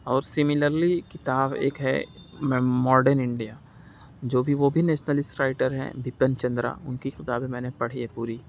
اور سیمیلرلی کتاب ایک ہے میم ماڈرن انڈیا جو بھی وہ بھی نیشنلشٹ رائٹر ہیں بپن چندرا اُن کی کتابیں میں نے پڑھی ہے پوری